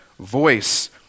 voice